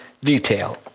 Detail